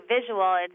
visual